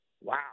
Wow